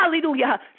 Hallelujah